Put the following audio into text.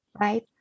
Right